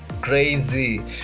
crazy